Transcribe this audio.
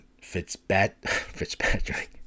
Fitzpatrick